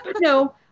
no